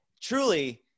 Truly